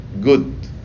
good